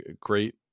great